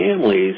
families